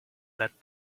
that